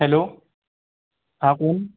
hello हाँ कौन